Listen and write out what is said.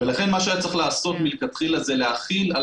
לכן מה שהיה צריך לעשות מלכתחילה זה להחיל על